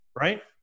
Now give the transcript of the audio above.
right